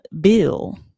bill